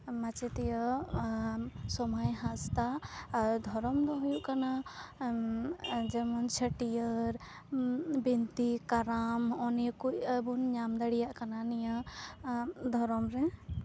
ᱢᱟᱪᱮᱫᱤᱭᱟᱹ ᱥᱚᱢᱟᱭ ᱦᱟᱸᱥᱫᱟ ᱟᱨ ᱫᱷᱚᱨᱚᱢ ᱫᱚ ᱦᱳᱭᱳᱜ ᱠᱟᱱᱟ ᱡᱮᱢᱚᱱ ᱪᱷᱟᱹᱴᱭᱟᱹᱨ ᱵᱤᱱᱛᱤ ᱠᱟᱨᱟᱢ ᱦᱚᱸᱜᱼᱚ ᱱᱤᱭᱟᱹ ᱠᱚ ᱵᱚᱱ ᱧᱟᱢ ᱫᱟᱲᱮᱭᱟᱜ ᱠᱟᱱᱟ ᱱᱤᱭᱟᱹ ᱫᱷᱚᱨᱚᱢ ᱨᱮ